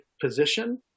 position